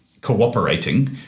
cooperating